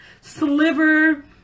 sliver